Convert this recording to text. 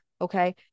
Okay